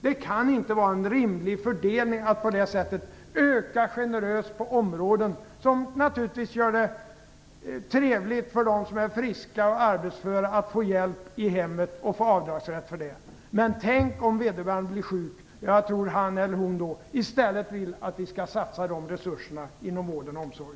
Det är naturligtvis trevligt för dem som är friska och arbetsföra att få hjälp i hemmet och dessutom få avdragsrätt för det. Men det kan inte vara en rimlig fördelning att generöst öka på sådana områden. Tänk om vederbörande blir sjuk! Jag tror att han eller hon då vill att man i stället satsar sådana resurser inom vård och omsorg.